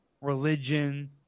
religion